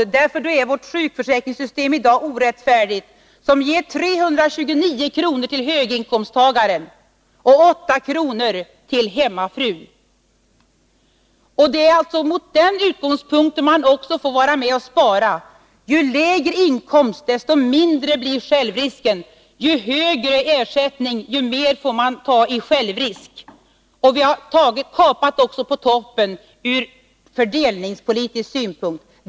I så fall är vårt sjukförsäkringssystem i dag orättfärdigt, som ger 329 kr. till höginkomsttagaren och 8 kr. till hemmafrun. Det är alltså med detta som utgångspunkt man får vara med och spara. Ju lägre inkomst, desto mindre blir självrisken. Ju högre ersättning, desto mer får man ta i självrisk. Vi har kapat också på toppen ur fördelningspolitisk synpunkt.